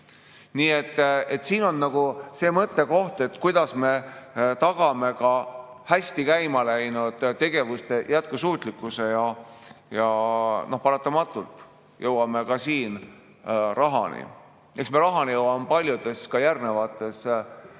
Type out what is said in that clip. Nii et siin on see mõttekoht, kuidas me tagame ka hästi käima läinud tegevuste jätkusuutlikkuse, ja paratamatult jõuame ka siin rahani. Eks me rahani jõuame paljudes järgnevates